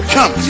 Come